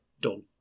Done